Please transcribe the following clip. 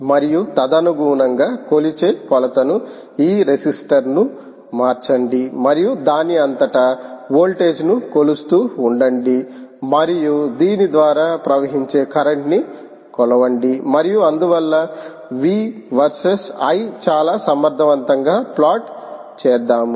మరియు తదనుగుణంగా కొలిచే కొలతను ఈ రెసిస్టర్ను మార్చండి మరియు దీని అంతటా వోల్టేజ్ ను కొలుస్తూ ఉండండి మరియు దీని ద్వారా ప్రవహించే కరెంట్ ని కొలవండి మరియు అందువల్ల V వర్సెస్ I చాలా సమర్థవంతంగా ప్లాట్ చేద్దాము